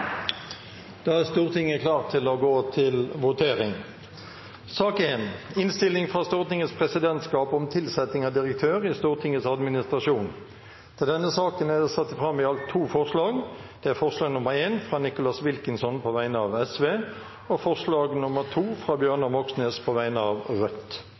Da er Stortinget klar til å gå til votering. Under debatten er det satt fram i alt to forslag. Det er forslag nr. 1, fra Nicholas Wilkinson på vegne av Sosialistisk Venstreparti forslag nr. 2, fra Bjørnar Moxnes på vegne av Rødt